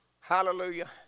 Hallelujah